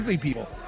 people